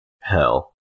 Hell